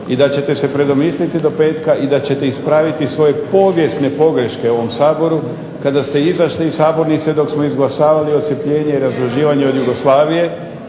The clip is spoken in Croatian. i da ćete se predomisliti do petka i da ćete ispraviti svoje povijesne pogreške u ovom Saboru kada ste izašli iz sabornice dok smo izglasavali odcjepljenje i razdruživanje od Jugoslavije,